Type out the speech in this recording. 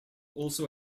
also